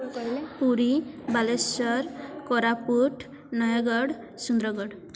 Puri Baleswar Koraput Nayagarh Sundargarh